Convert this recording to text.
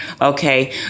okay